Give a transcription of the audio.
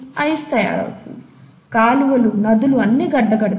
ice తయారవుతుంది కాలువలు నదులు అన్ని గడ్డకడతాయి